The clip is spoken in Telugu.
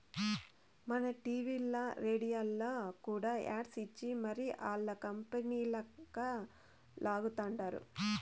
మన టీవీల్ల, రేడియోల్ల కూడా యాడ్స్ ఇచ్చి మరీ ఆల్ల కంపనీలంక లాగతండారు